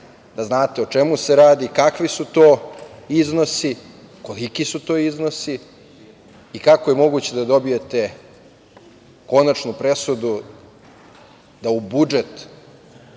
da znate o čemu se radi, kakvi su to iznosi, koliki su to iznosi i kako je moguće da dobijete konačnu presudu da u budžet